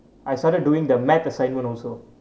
I started doing the math assignment also